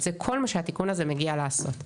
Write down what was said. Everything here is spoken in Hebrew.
זה כל מה שהתיקון הזה מגיע לעשות.